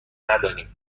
نداریم